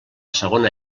segona